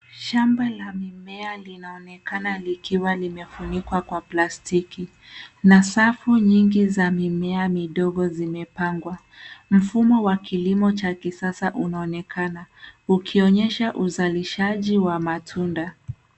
Shamba la mimea linaonekana likiwa limefunikwa kwa plastiki na safu nyingi za mimea midogo zimepangwa. Mfumo wa kilimo cha kisasa unaonekana ukionyesha uzalishaji wa matunda.